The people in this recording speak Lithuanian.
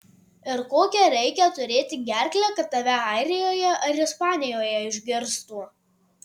ir kokią reikia turėti gerklę kad tave airijoje ar ispanijoje išgirstų